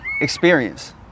experience